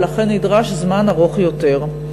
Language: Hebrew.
ולכן נדרש זמן ארוך יותר.